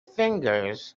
fingers